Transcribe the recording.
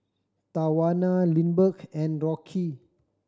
Tawana Lindbergh and Rocky